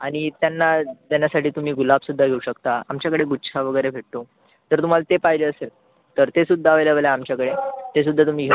आणि त्यांना त्यांना साधे तुम्ही गुलाबसुद्धा देऊ शकता आमच्याकडे गुच्छ वगैरे भेटतो तर तुम्हाला ते पाहिजे असेल तर ते सुद्धा अवेलेबल आहे आमच्याकडे ते सुद्धा तुम्ही घेऊ